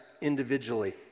individually